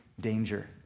danger